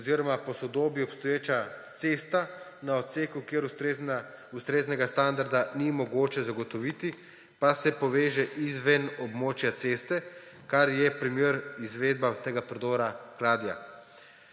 oziroma posodobi, obstoječa cesta na odseku, kjer ustreznega standarda ni mogoče zagotoviti, pa se poveže izven območja ceste, kar je primer izvedbe tega predora Kladja.